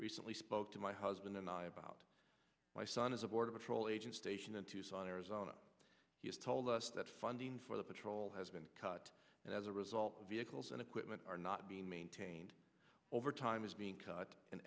recently spoke to my husband and i about my son is a border patrol agent stationed in tucson arizona has told us that funding for the patrol has been cut and as a result vehicles and equipment are not being maintained overtime is being cut an